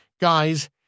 Guys